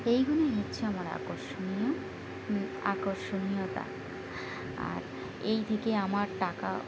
এইগুলোই হচ্ছে আমার আকর্ষণীয় আকর্ষণীয়তা আর এই থেকে আমার টাকা